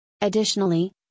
additionally